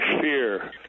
fear